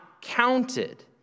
counted